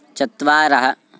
चत्वारः